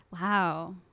Wow